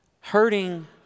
hurting